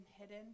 hidden